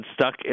stuck